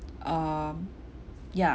um ya